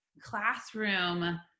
classroom